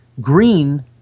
Green